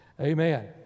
Amen